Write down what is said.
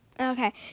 okay